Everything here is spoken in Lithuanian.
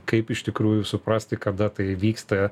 kaip iš tikrųjų suprasti kada tai vyksta